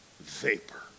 Vapor